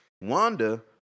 Wanda